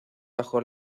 bajo